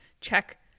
Check